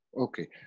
Okay